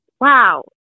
Wow